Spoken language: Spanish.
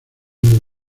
del